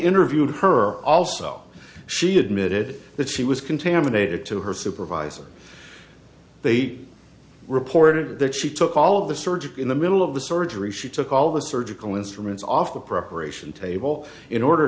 interviewed her also she admitted that she was contaminated to her supervisor they reported that she took all of the surgery in the middle of the surgery she took all the surgical instruments off the preparation table in order